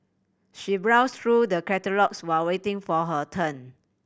she browsed through the catalogues while waiting for her turn